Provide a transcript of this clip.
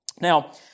Now